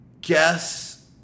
guess